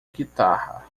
guitarra